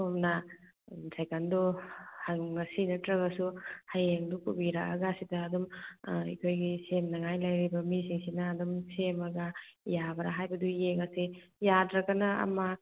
ꯁꯣꯝꯅ ꯁꯥꯏꯀꯜꯗꯣ ꯉꯁꯤ ꯅꯠꯇ꯭ꯔꯒꯁꯨ ꯍꯌꯦꯡꯗꯣ ꯄꯨꯕꯤꯔꯛꯑꯒ ꯁꯤꯗ ꯑꯗꯨꯝ ꯑꯩꯈꯣꯏꯒꯤ ꯁꯦꯝꯅꯉꯥꯏ ꯂꯩꯔꯤꯕ ꯃꯤꯁꯤꯡꯁꯤꯅ ꯑꯗꯨꯝ ꯁꯦꯝꯃꯒ ꯌꯥꯕ꯭ꯔꯥ ꯍꯥꯏꯕꯗꯨ ꯌꯦꯡꯉꯁꯦ ꯌꯥꯗ꯭ꯔꯒꯅ ꯑꯃ